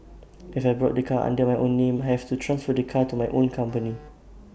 if I bought the car under my own name have to transfer the car to my own company